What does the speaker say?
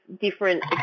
different